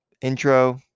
intro